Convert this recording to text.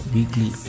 Weekly